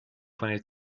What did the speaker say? twenty